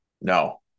No